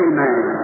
Amen